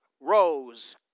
rose